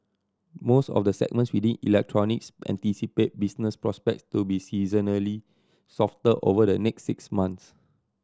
most of the segments within electronics anticipate business prospects to be seasonally softer over the next six months